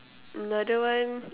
another one